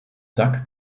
doug